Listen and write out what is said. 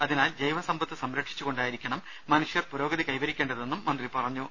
അതിനാൽ ജൈവ സമ്പത്ത് സംരക്ഷിച്ച് കൊണ്ടായിരിക്കണം മനുഷ്യർ പുരോഗതി കൈവരിക്കേണ്ടതെന്നും അദ്ദേഹം പറഞ്ഞു